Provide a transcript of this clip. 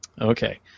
Okay